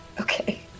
Okay